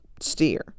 steer